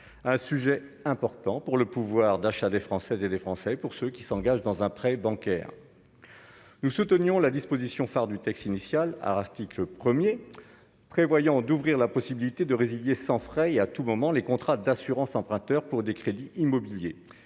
un sujet important pour le pouvoir d'achat des Françaises et des Français, pour ceux qui s'engagent dans un prêt bancaire. Nous soutenions la disposition phare du texte initial, article 1er prévoyant d'ouvrir la possibilité de résilier sans frais, il y a tout moment les contrats d'assurances emprunteurs pour des crédits immobiliers